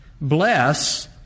bless